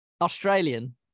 Australian